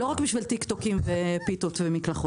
לא רק בשביל טיק טוקים ופיתות ומקלחות.